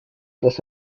dass